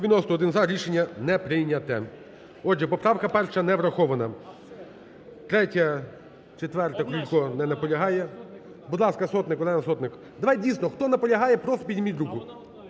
За-91 Рішення не прийнято. Отже, поправка перша не врахована. 3-я, 4-а, Крулько. Не наполягає. Будь ласка, Сотник, Олена Сотник. Давайте, дійсно, хто наполягає, просто підніміть руку.